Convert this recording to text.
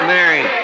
Mary